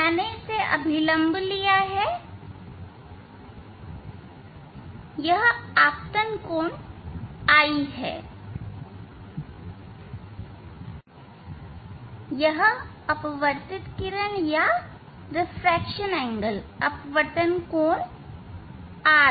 मैंने इसे अभिलंब लिया है यह आपतन कोण i है यह अपवर्तित किरण या अपवर्तन कोण r है